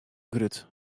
grut